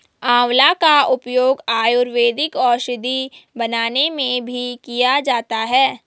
आंवला का उपयोग आयुर्वेदिक औषधि बनाने में भी किया जाता है